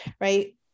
right